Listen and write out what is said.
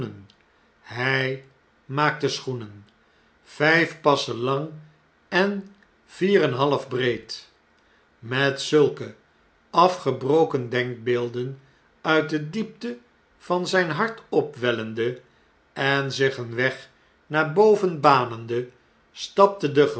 hy maakte schoenen vjjf passen lang en vier en een half breed met zulke afgebroken denkbeelden uit de diepte van zjjn hart opwellende en zich een weg naar boven banende stapte de